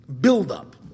build-up